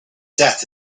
death